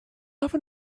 often